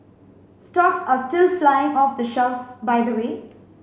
stocks are still flying off the shelves by the way